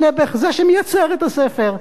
ביותר, נעבעך, זה שמייצר את הספר.